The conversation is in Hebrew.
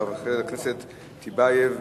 של חבר הכנסת טיבייב,